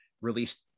released